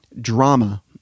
drama